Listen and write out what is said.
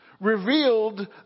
revealed